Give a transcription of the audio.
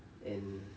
and